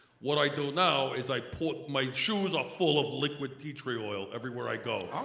what i do now is i put, my shoes are full of liquid tea tree oil everywhere i go.